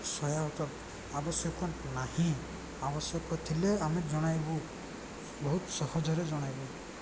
ସହାୟତା ଆବଶ୍ୟକ ନାହିଁ ଆବଶ୍ୟକ ଥିଲେ ଆମେ ଜଣାଇବୁ ବହୁତ ସହଜରେ ଜଣାଇବୁ